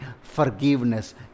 Forgiveness